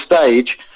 stage